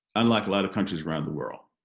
unlike a lot of countries around the world,